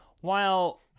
while-